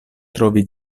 trovi